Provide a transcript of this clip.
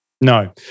No